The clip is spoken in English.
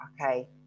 okay